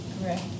correct